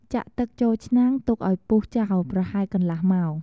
ចាក់ទឹកចូលឆ្នាំង ទុកឱ្យពុះចោល ប្រហែលកន្លះម៉ោង។